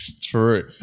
True